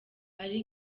ari